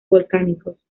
volcánicos